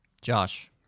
Josh